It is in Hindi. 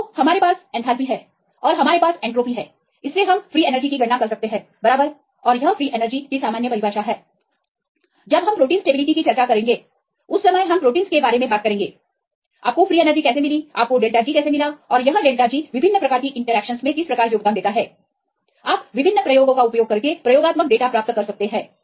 तो हमारे पास एंथैल्पी है और हमारे पास एंट्रॉपीहै इससे हम फ्री एनर्जी की गणना कर सकते हैं बराबर और यह फ्री एनर्जी की सामान्य परिभाषा है जब हम प्रोटीन स्टेबिलिटी की चर्चा करेंगे उस समय हम प्रोटींस के बारे में बात करेंगे आपको फ्री एनर्जी कैसे मिली आपको△G कैसे मिला और यह△G विभिन्न प्रकार की इंटरेक्शनस में किस प्रकार योगदान देता है आप विभिन्न प्रयोगों का उपयोग करके प्रयोगात्मक डेटा प्राप्त कर सकते हैं